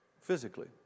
physically